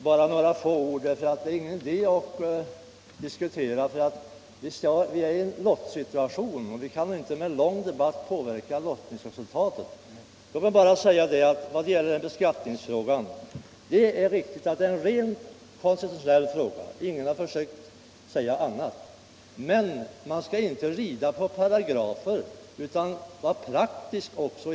Herr talman! Bara några få ord. Det är ingen idé att diskutera, därför att vi är i en lottsituation och vi kan inte med lång diskussion påverka lottningsresultatet. Låt mig bara säga vad gäller skattefrågan: Det är riktigt att det är en rent konstitutionell fråga. Ingen har försökt säga annat. Men man skall inte rida på paragrafer utan man måste vara praktisk också.